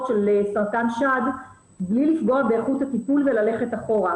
של סרטן שד בלי לפגוע באיכות הטיפול וללכת אחורה.